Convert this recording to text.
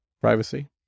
privacy